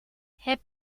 heb